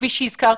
כפי שהזכרת,